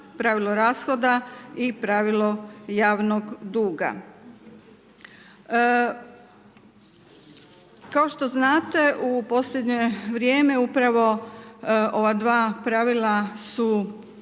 pravilo rashoda i pravilo javnog duga. Kao što znate, u posljednje upravo ova dva pravila su